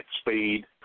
speed